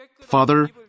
Father